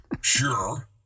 Sure